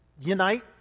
unite